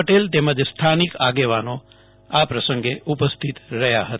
પટેલ તેમજ સ્થાનિક આગેવાનો ઉપસ્થિત રહ્યા હતા